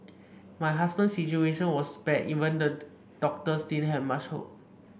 my husband's situation was bad even the doctors didn't have much hope